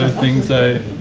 ah things i,